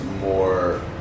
more